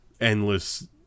endless